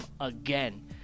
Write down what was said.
again